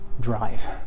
drive